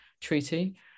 Treaty